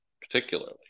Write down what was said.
particularly